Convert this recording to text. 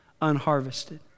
unharvested